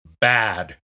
bad